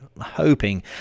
Hoping